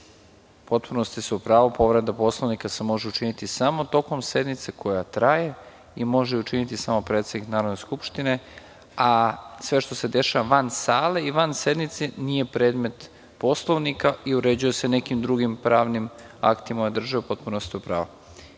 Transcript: potpunosti u pravu. Povreda Poslovnika se može učiniti samo u toku sednice koja traje i može je učiniti samo predsednik Narodne skupštine. Sve što se dešava van sale i van sednice nije predmet Poslovnika i uređuje se nekim drugim pravnim aktima ove države. Dakle, potpuno ste u